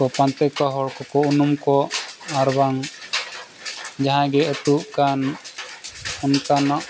ᱠᱚ ᱯᱟᱱᱛᱮ ᱠᱚ ᱦᱚᱲ ᱠᱚᱠᱚ ᱩᱱᱩᱢ ᱠᱚ ᱟᱨ ᱵᱟᱝ ᱡᱟᱦᱟᱸᱭ ᱜᱮ ᱟ ᱛᱩᱜ ᱠᱟᱱ ᱚᱱᱠᱟᱱᱟᱜ